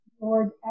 Lord